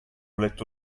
letto